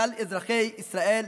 כלל אזרחי ישראל,